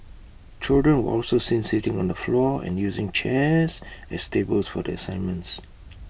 children were also seen sitting on the floor and using chairs as tables for their assignments